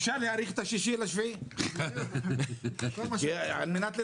אפשר להאריך את 6 ביולי על מנת שנספיק,